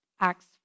Acts